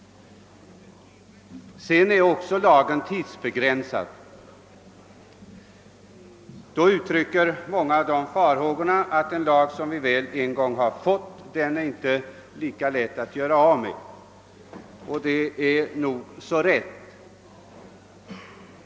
Vidare är lagen tidsbegränsad. Många kanske då hyser farhågor för att en lag, som vi en gång väl har fått, inte är lika lätt att upphäva, och det är nog så rätt.